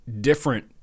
different